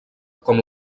com